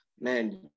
man